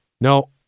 no